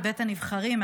מבית הנבחרים,